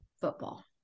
football